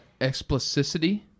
explicitity